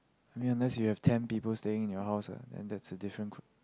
I mean unless you have ten people staying in your house ah then that's a different